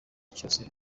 cyose